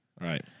Right